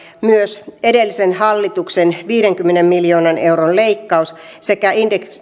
myös edellisen hallituksen viidenkymmenen miljoonan euron leikkaus sekä